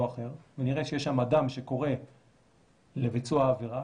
אחר ואני אראה שיש שם אדם שקורא לביצוע עבירה,